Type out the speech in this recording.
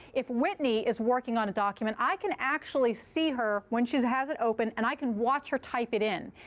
if whitney is working on a document, i can actually see her when she has it open. and i can watch her type it in.